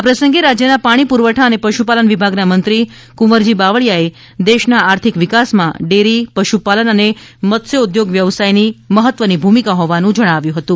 આ પ્રસંગે રાજ્યના પાણી પુરવઠા અને પશુપાલન વિભાગના મંત્રી કુંવરજી બાવળિયાએ દેશના આર્થિક વિકાસમાં ડેરી પશુપાલન અને મત્સ્યોદ્યોગ વ્યવસાયની મહત્વની ભૂમિકા હોવાનું જણાવ્યું હતું